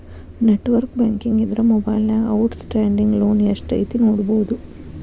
network banking ಇದ್ರ ಮೊಬೈಲ್ನ್ಯಾಗ outstanding loan ಎಷ್ಟ್ ಐತಿ ನೋಡಬೋದು